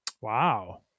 Wow